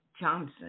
Johnson